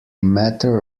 matter